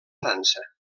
frança